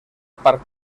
parc